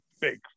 big